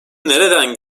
nereden